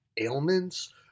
ailments